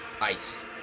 ice